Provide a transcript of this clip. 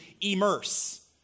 immerse